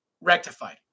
rectified